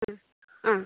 ആ